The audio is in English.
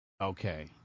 Okay